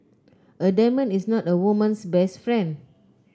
a diamond is not a woman's best friend